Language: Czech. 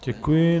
Děkuji.